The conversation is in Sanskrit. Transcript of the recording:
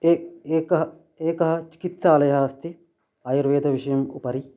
ए एकः एकः चिकित्सालयः अस्ति आयुर्वेदविषयम् उपरि